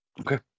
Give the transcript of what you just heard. Okay